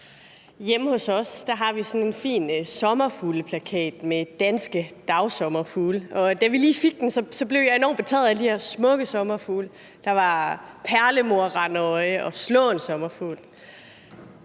Hjemme hos os har vi sådan en fin plakat med danske dagsommerfugle. Da vi lige fik den, blev jeg enormt betaget af alle de her smukke sommerfugle – der var perlemorrandøje og slåensommerfugl.